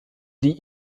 die